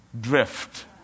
drift